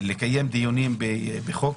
לקיים דיונים בחוק